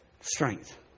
strength